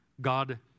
God